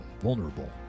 vulnerable